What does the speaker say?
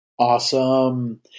Awesome